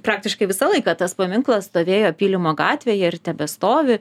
praktiškai visą laiką tas paminklas stovėjo pylimo gatvėje ir tebestovi